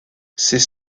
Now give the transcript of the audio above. ces